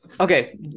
okay